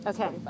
Okay